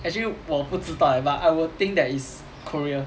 actually 我不知道 eh but I would think that it's korea